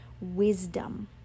wisdom